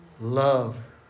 love